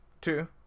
two